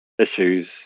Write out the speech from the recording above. issues